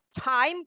time